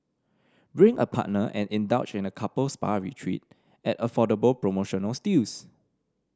bring a partner and indulge in a couple spa retreat at affordable promotional steals